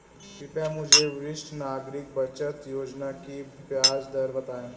कृपया मुझे वरिष्ठ नागरिक बचत योजना की ब्याज दर बताएं?